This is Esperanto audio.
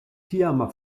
tiama